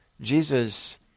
Jesus